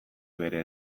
bere